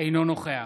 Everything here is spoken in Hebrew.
אינו נוכח